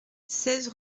seize